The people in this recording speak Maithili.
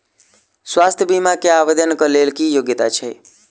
स्वास्थ्य बीमा केँ आवेदन कऽ लेल की योग्यता छै?